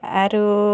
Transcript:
ଆରୁ